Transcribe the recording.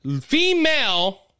female